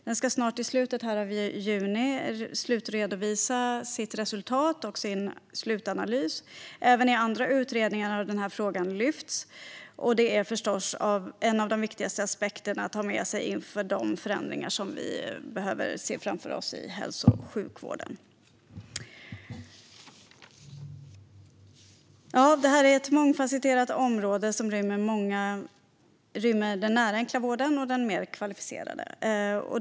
I slutet av juni ska den slutredovisa sitt resultat och sin slutanalys. Även i andra utredningar har frågan lyfts upp. Det är förstås en av de viktigaste aspekterna att ha med sig inför de förändringar som vi ser framför oss i hälso och sjukvården. Det här är ett mångfacetterat område som rymmer den nära enkla vården och den mer kvalificerade vården.